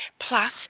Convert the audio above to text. Plus